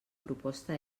proposta